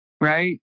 right